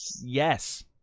Yes